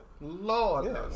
Lord